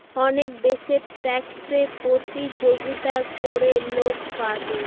অনেক দেশে ট্যাক্সে প্রতিযোগিতা করে লোক পাবে